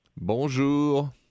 Bonjour